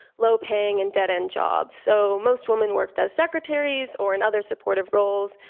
low paying and dead end jobs. so most women worked as secretaries or in other supportive roles,